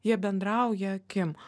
jie bendrauja akim